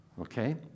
Okay